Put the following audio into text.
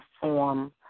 form